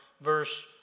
verse